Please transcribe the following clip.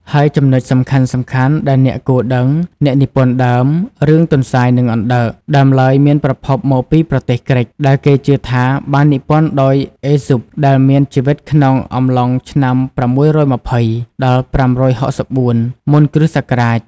ហើយចំណុចសំខាន់ៗដែលអ្នកគួរដឹង អ្នកនិពន្ធដើម រឿង ទន្សាយ និងអណ្ដើក ដើមឡើយមានប្រភពមកពីប្រទេសក្រិក ដែលគេជឿថាបាននិពន្ធដោយ អេសុប ដែលមានជីវិតក្នុងអំឡុងឆ្នាំ៦២០-៥៦៤ មុនគ្រិស្តសករាជ។